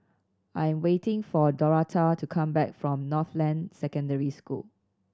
I'm waiting for Dorotha to come back from Northland Secondary School